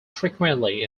frequently